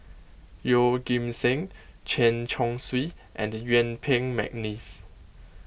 Yeoh Ghim Seng Chen Chong Swee and Yuen Peng McNeice